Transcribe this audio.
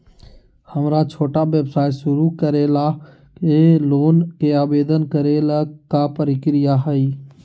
हमरा छोटा व्यवसाय शुरू करे ला के लोन के आवेदन करे ल का प्रक्रिया हई?